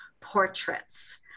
portraits